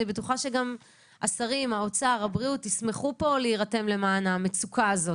אני בטוחה שגם שרי האוצר והבריאות ישמחו פה להירתם למען המצוקה הזאת.